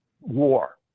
war